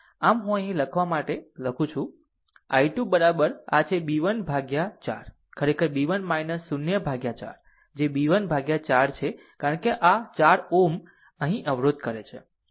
આમ હું અહીં લખવા જેટલું બરાબર છે i 2 બરાબર આ છે b 1 by 4 ખરેખર b 1 0 by 4 જે b 1 by 4 છે કારણ કે આ 4 ઓમ અહીં અવરોધ કરે છે બરાબર